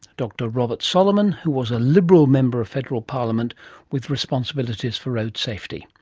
dr robert solomon, who was a liberal member of federal parliament with responsibilities for road safety.